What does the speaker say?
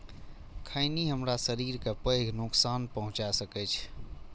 खैनी हमरा शरीर कें पैघ नुकसान पहुंचा सकै छै